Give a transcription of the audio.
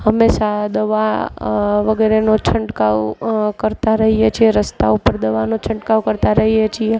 હંમેશા દવા વગેરેનો છંટકાવ કરતાં રહીએ છીએ રસ્તા ઉપર દવાનો છંટકાવ કરતાં રહીએ છીએ